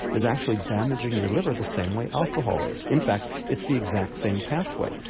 is actually damaging your liver the same way alcohol is. in fact it's the exact same pathway,